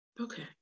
okay